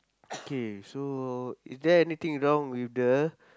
K so is there anything wrong with the